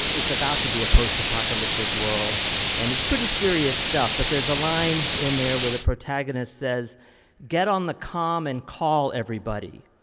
it's about to be a post-apocalyptic world and it's pretty serious stuff but there's a line in there where the protagonist says get on the calm and call everybody.